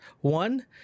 one